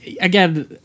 again